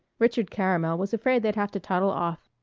richard caramel was afraid they'd have to toddle off.